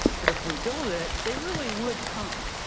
but if we build it, they really would come.